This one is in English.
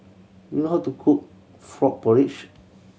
do you know how to cook frog porridge